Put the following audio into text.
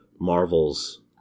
Marvel's